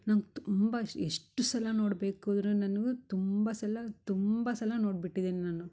ನಂಗೆ ತುಂಬ ಎಷ್ಟು ಸಲ ನೋಡ್ಬೇಕಾದ್ರು ನನಗೂ ತುಂಬ ಸಲ ತುಂಬ ಸಲ ನೋಡ್ಬಿಟ್ಟಿದ್ದೀನಿ ನಾನು